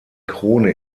krone